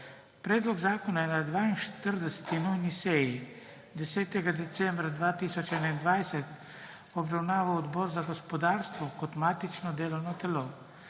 Predlog zakona je na 42. nujni seji 10. decembra 2021 obravnaval Odbor za gospodarstvo kot matično delovno telo.